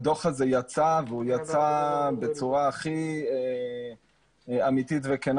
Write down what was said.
הדוח הזה יצא והוא יצא בצורה הכי אמתית וכנה